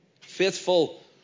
Faithful